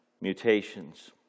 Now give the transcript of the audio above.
mutations